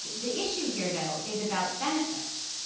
the issue here though is about benefits.